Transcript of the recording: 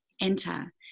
enter